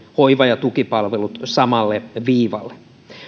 hoiva ja tukipalvelut samalle viivalle